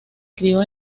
crio